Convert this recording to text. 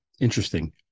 interesting